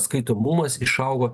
skaitomumas išaugo